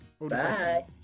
Bye